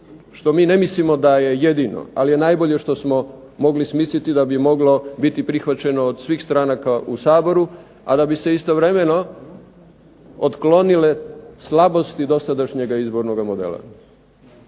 što mi ne mislimo da je jedino, ali je najbolje što smo mogli smisliti da bi moglo biti prihvaćeno od svih stranaka u Saboru, a da bi se istovremeno otklonile slabosti dosadašnjega izbornog modela.